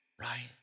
Right